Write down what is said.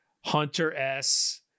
hunter-s